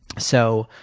so,